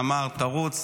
אמר: תרוץ,